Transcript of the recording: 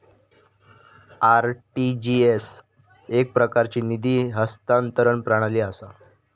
RTGS एकप्रकारची निधी हस्तांतरण प्रणाली असा